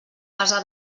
casa